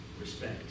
Respect